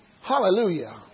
Hallelujah